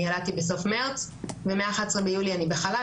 אני ילדתי בסוף מרץ ומה-11 ביולי אני בחל"ת.